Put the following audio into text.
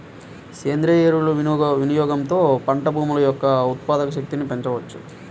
సేంద్రీయ ఎరువుల వినియోగంతో పంట భూముల యొక్క ఉత్పాదక శక్తిని పెంచవచ్చు